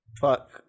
fuck